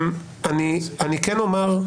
אני כן אומר,